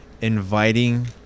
inviting